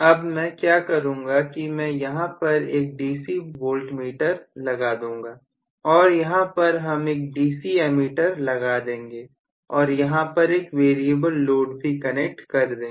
अब मैं क्या करूंगा कि मैं यहां पर एक डीसी वोल्ट मीटर लगा दूंगा और यहां पर हम एक डीसी एमीटर लगा देंगे और यहां पर एक वेरिएबल लोड भी कनेक्ट कर देंगे